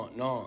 no